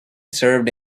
served